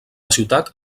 ciutat